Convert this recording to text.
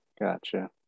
gotcha